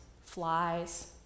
flies